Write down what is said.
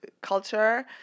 culture